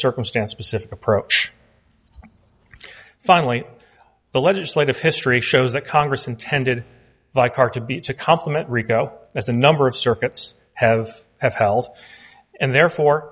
circumstance specific approach finally the legislative history shows that congress intended leichhardt to be to complement rico as a number of circuits have have held and therefore